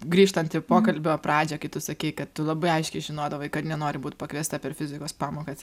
grįžtant į pokalbio pradžią kai tu sakei kad tu labai aiškiai žinodavai kad nenori būt pakviesta per fizikos pamokas